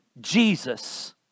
Jesus